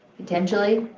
potentially,